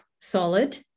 solid